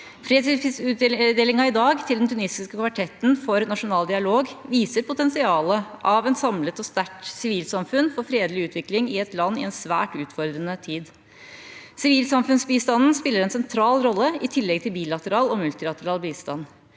Fredsprisutdelingen i dag til den tunisiske Kvartetten for nasjonal dialog viser potensialet i et samlet og sterkt sivilsamfunn for fredelig utvikling i et land i en svært utfordrende tid. Sivilsamfunnsbistanden spiller en sentral rolle i tillegg til bilateral og multilateral bistand.